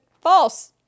false